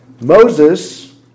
Moses